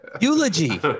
eulogy